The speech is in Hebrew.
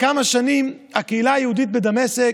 כמה שנים הקהילה היהודית בדמשק